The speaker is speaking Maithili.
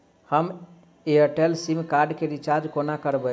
हम एयरटेल सिम कार्ड केँ रिचार्ज कोना करबै?